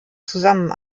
zusammen